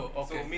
okay